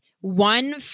one